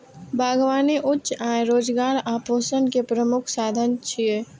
बागबानी उच्च आय, रोजगार आ पोषण के प्रमुख साधन छियै